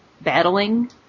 battling